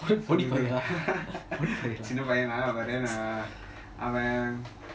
பொடி பைய:podi paiya பொடி பைய:podi paiya